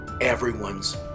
everyone's